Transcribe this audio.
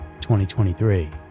2023